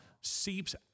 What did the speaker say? seeps